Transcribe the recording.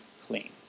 clean